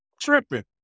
Tripping